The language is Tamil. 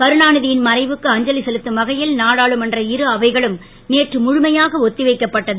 கருணாநிதியின் மறைவுக்கு அஞ்சலி செலுத்தும் வகையில் நாடாளுமன்ற இரு அவைகளும் நேற்று முழுமையாக ஒத்திவைக்கப்பட்டது